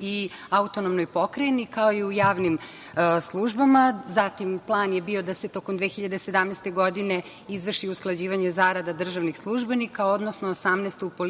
i autonomnoj pokrajini, kao i u javnim službama. Zatim, plan je bio da se tokom 2017. godine izvrši usklađivanje zarada državnih službenika, odnosno 2018. godine u